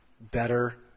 better